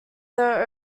though